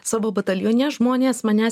savo batalione žmonės manęs